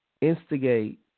instigate